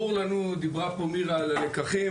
ברור לנו, דיברה פה נירה על הלקחים,